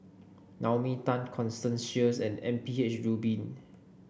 Naomi Tan Constance Sheares and M P H Rubin